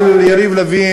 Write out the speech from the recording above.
של יריב לוין,